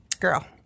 Girl